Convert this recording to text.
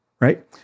right